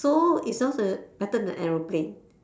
so it sounds like better than a aeroplane